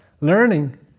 learning